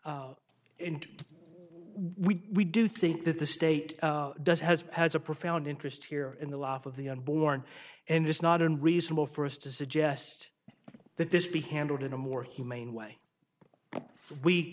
and we do think that the state does has has a profound interest here in the life of the unborn and it's not unreasonable for us to suggest that this be handled in a more humane way